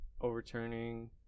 overturning